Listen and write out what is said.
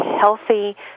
healthy